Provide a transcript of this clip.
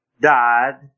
died